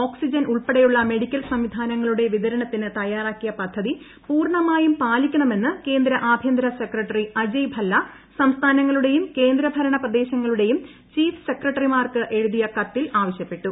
oxygen ഉൾപ്പെടെയുള്ള medical സംവിധാനങ്ങളുടെ വിതരണത്തിന് തയ്യാറാക്കിയ പദ്ധതി പൂർണ്ണമായും പാലിക്കണമെന്ന് കേന്ദ്ര ആഭ്യന്തര സെക്രട്ടറി അജയ് ഭല്ല സംസ്ഥാനങ്ങളുടെയും കേന്ദ്രഭരണ പ്രദേശങ്ങളുടെയും ചീഫ് സെക്രട്ടറിമാർക്ക് എഴുതിയ കത്തിൽ ആവശ്യപ്പെട്ടു